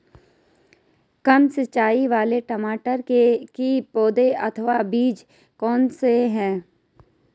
कम सिंचाई वाले टमाटर की पौध अथवा बीज कौन से हैं?